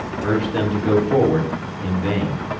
urged them to go forward in vain.